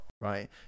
Right